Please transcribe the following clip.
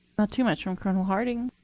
not too much from colonel harting.